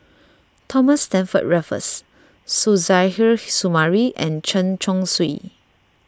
Thomas Stamford Raffles Suzairhe Sumari and Chen Chong Swee